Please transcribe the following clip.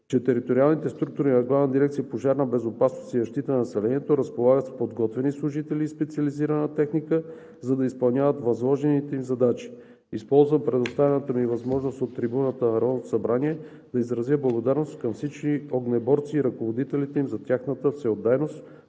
че териториалните структури на Главна дирекция „Пожарна безопасност и защита на населението“ разполагат с подготвени служители и специализирана техника, за да изпълняват възложените им задачи. Използвам предоставената ми възможност от трибуната на Народното събрание да изразя благодарност към всички огнеборци и ръководителите им за тяхната всеотдайност,